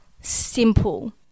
simple